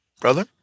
Brother